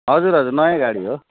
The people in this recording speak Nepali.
हजुर हजुर नयाँ गाडी हो